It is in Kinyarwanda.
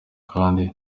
kandi